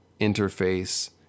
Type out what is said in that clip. interface